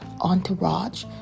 entourage